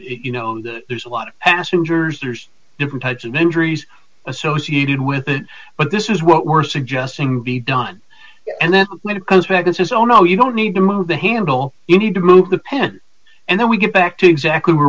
you know that there's a lot of passengers there's different types of injuries associated with it but this is what we're suggesting be done and then when it does that this is oh no you don't need to move the handle indeed to move the pen and then we get back to exactly where